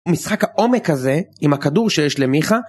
משחק העומק הזה עם הכדור שיש למיכה